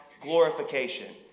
glorification